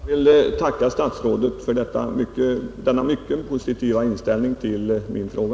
Herr talman! Jag vill tacka statsrådet för denna mycket positiva inställning till min fråga.